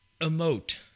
emote